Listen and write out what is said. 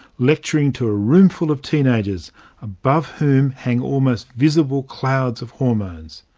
lecturing to a roomful of teenagers above whom hang almost visible clouds of hormones.